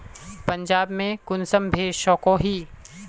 पंजाब में कुंसम भेज सकोही?